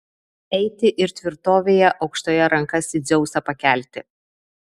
eiti ir tvirtovėje aukštoje rankas į dzeusą pakelti